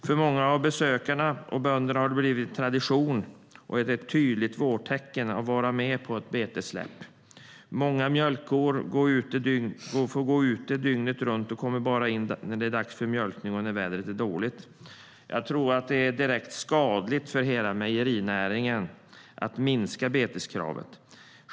För många av besökarna och bönderna har det blivit tradition och ett tydligt vårtecken att vara med på ett betessläpp. Många mjölkkor får gå ute dygnet runt och kommer bara in när det är dags för mjölkning och när vädret är dåligt. Jag tror att det vore direkt skadligt för hela mejerinäringen att minska beteskravet.